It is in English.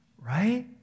Right